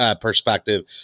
perspective